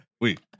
Wait